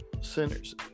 sinners